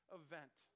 event